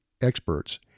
experts